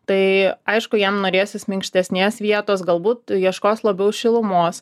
tai aišku jam norėsis minkštesnės vietos galbūt ieškos labiau šilumos